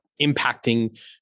impacting